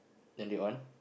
then they on